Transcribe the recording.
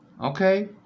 Okay